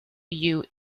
you